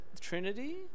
trinity